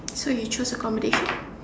so you choose accommodation